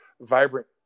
vibrant